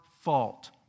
fault